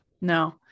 No